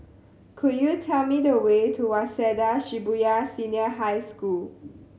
could you tell me the way to Waseda Shibuya Senior High School